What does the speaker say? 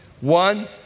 One